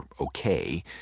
okay